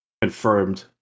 confirmed